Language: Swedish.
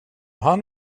han